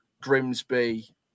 Grimsby